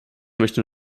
möchte